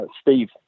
Steve